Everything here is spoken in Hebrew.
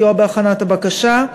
סיוע בהכנת הבקשה,